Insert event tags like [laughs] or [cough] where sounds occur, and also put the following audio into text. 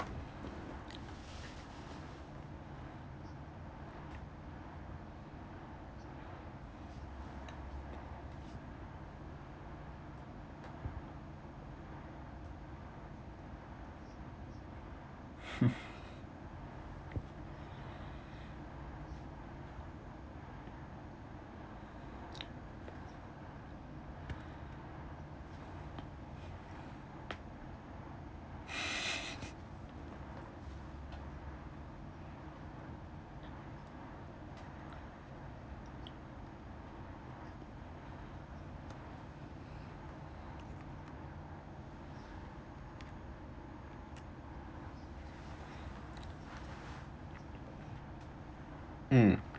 hmm [laughs] mm